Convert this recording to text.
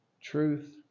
truth